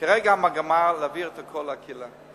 כרגע המגמה להעביר את הכול לקהילה.